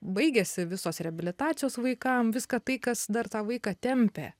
baigėsi visos reabilitacijos vaikam viską tai kas dar tą vaiką tempia